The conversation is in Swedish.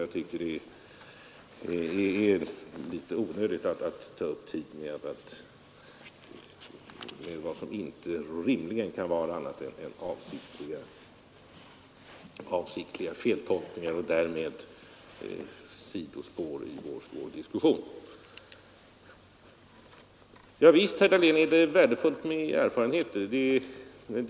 Jag tycker det är litet onödigt att ta upp tiden med vad som inte rimligen kan vara annat än avsiktliga feltolkningar och därmed sidospår i vår diskussion. Visst är det värdefullt med erfarenheter, herr Dahlén.